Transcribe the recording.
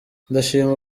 ndashima